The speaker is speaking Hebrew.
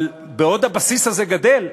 אבל בעוד הבסיס הזה גדל,